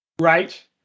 Right